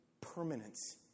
permanence